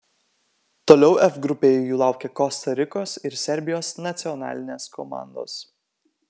toliau f grupėje jų laukia kosta rikos ir serbijos nacionalinės komandos